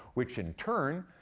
which, in turn,